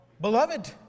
beloved